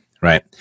Right